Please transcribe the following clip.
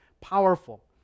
powerful